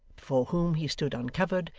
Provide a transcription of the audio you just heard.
before whom he stood uncovered,